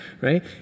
right